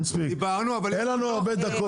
דיברנו אבל --- אין לנו הרבה דקות.